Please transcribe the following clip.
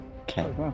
Okay